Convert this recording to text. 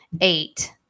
eight